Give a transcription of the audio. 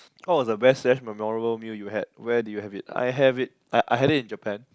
what was the best slash memorable meal you had where did you have it I have it I I had it in Japan